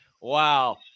Wow